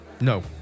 No